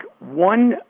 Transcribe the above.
one